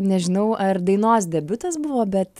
nežinau ar dainos debiutas buvo bet